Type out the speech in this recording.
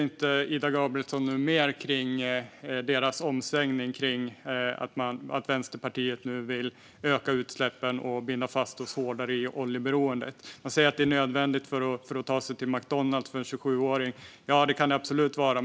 Ida Gabrielsson säger inte något mer om deras omsvängning kring att Vänsterpartiet nu vill öka utsläppen och binda fast oss hårdare i oljeberoende. Hon säger att det är nödvändigt för att en 27-åring ska kunna ta sig till ett jobb på McDonalds. Ja, det kan det absolut vara.